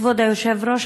כבוד היושב-ראש,